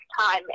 time